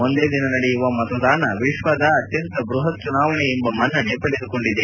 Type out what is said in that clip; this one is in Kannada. ಒಂದೇ ದಿನ ನಡೆಯುವ ಮತದಾನ ವಿಶ್ವದ ಅತ್ಲಂತ ಬೃಹತ್ ಚುನಾವಣೆ ಎಂಬ ಮನ್ನಣೆ ಪಡೆದುಕೊಂಡಿದೆ